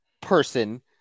person